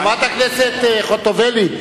חברת הכנסת חוטובלי,